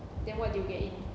then what do you get in